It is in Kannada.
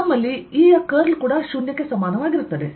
ನಮ್ಮಲ್ಲಿ E ನ ಕರ್ಲ್ ಕೂಡ 0 ಗೆ ಸಮಾನವಾಗಿರುತ್ತದೆ